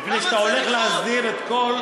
מפני שאתה הולך להסדיר את כל התושבים במדינת ישראל.